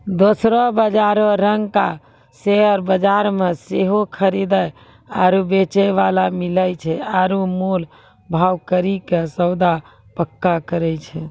दोसरो बजारो रंगका शेयर बजार मे सेहो खरीदे आरु बेचै बाला मिलै छै आरु मोल भाव करि के सौदा पक्का करै छै